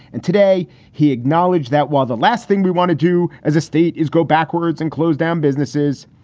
and today he acknowledged that while the last thing we want to do as a state is go backwards and closed down businesses,